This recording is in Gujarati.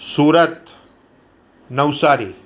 સુરત નવસારી